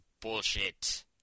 bullshit